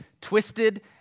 twisted